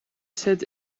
said